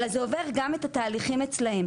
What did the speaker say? אלא זה עובר גם את התהליכים אצלם.